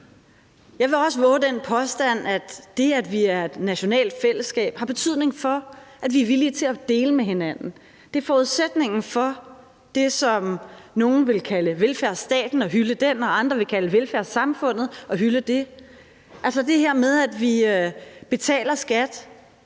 Jeg vil også vove den påstand, at det, at vi er et nationalt fællesskab, har betydning for, at vi er villige til at dele med hinanden. Det er forudsætningen for det, som nogle vil kalde velfærdsstaten og hylde den, og som andre vil kalde velfærdssamfundet og hylde det – altså det her med, at vi betaler skat